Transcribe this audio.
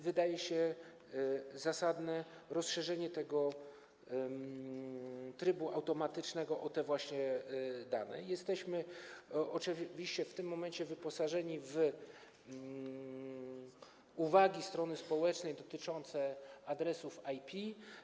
Wydaje się zasadne rozszerzenie trybu automatycznego o te właśnie dane i jesteśmy oczywiście w tym momencie wyposażeni w uwagi strony społecznej dotyczące adresów IP.